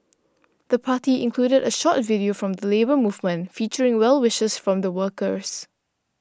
the party included a short video from the Labour Movement featuring well wishes from workers